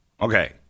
Okay